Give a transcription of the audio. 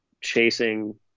chasing